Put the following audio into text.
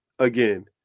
Again